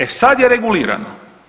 E sad je regulirano.